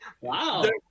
wow